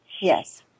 Yes